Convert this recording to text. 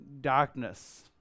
darkness